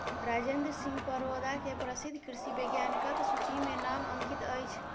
राजेंद्र सिंह परोदा के प्रसिद्ध कृषि वैज्ञानिकक सूचि में नाम अंकित अछि